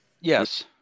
Yes